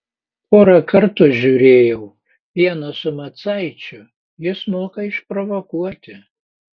porą kartų žiūrėjau vieną su macaičiu jis moka išprovokuoti